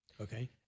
Okay